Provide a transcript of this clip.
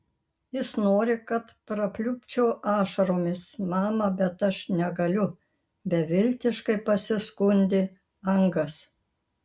jis nori kad prapliupčiau ašaromis mama bet aš negaliu beviltiškai pasiskundė angas